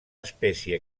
espècie